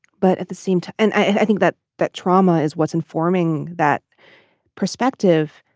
but at the same time and i think that that trauma is what's informing that perspective.